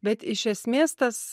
bet iš esmės tas